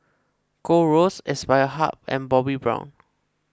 Gold Roast Aspire Hub and Bobbi Brown